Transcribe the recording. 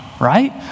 right